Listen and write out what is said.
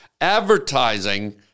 Advertising